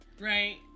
right